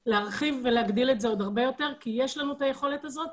להרחיב ולהגדיל את זה עוד הרבה יותר כי יש לנו את היכולת הזאת,